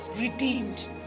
Redeemed